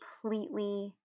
completely